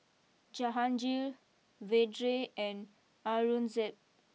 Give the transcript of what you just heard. Jahangir Vedre and Aurangzeb